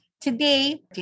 today